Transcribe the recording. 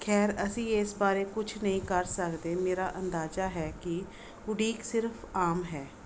ਖੈਰ ਅਸੀਂ ਇਸ ਬਾਰੇ ਕੁਝ ਨਹੀਂ ਕਰ ਸਕਦੇ ਮੇਰਾ ਅੰਦਾਜ਼ਾ ਹੈ ਕਿ ਉਡੀਕ ਸਿਰਫ ਆਮ ਹੈ